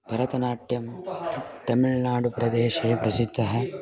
भरतनाट्यं तेमिल्नाडुप्रदेशे प्रसिद्दम्